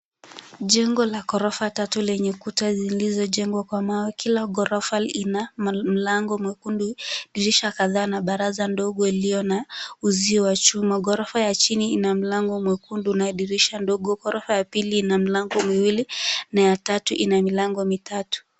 Jengo la ghorofa tatu lenye ukuta zilizo jengwa Kwa mawe. kila ghorofa ina mlango mwekundu, dirisha kadhaa na baraza dogo ilio na uzi wa chuma. Ghorofa ya chini ina mlango mwekundu na dirisha ndogo na ghorofa ya pili milango miwili, na ya tatu ina milango mitatu.